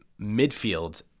midfield